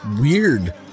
Weird